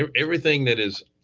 um everything that is